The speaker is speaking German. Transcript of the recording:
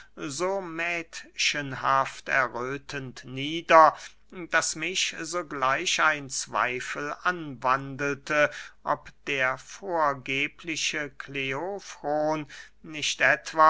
so mädchenhaft erröthend nieder daß mich sogleich ein zweifel anwandelte ob der vergebliche kleofron nicht